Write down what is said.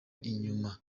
inyuma